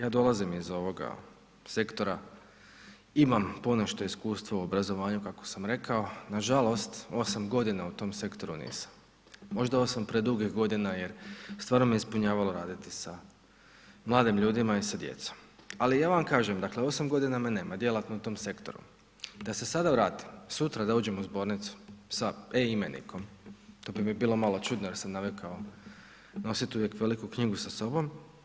Ja dolazim iz ovoga sektora, imam ponešto iskustva u obrazovanju kako sam rekao, nažalost 8.g. u tom sektoru nisam, možda 8 predugih godina jer stvarno me ispunjavalo raditi sa mladim ljudima i sa djecom, ali ja vam kažem, dakle 8.g. me nema djelatno u tom sektoru, da se sada vratim, sutra da uđem u zbornicu sa e-imenikom, to bi mi bilo malo čudno jer sam navikao nosit uvijek veliku knjigu sa sobom.